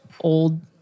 old